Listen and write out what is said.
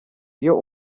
iyo